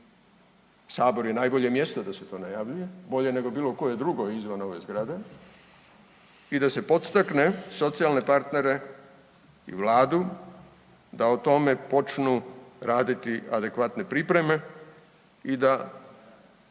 sabor je najbolje mjesto da se to najavljuje, bolje bilo koje drugo izvan ove zgrade i da se postakne socijalne partnere i vladu da o tome počnu raditi adekvatne pripreme i da